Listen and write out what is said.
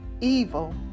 evil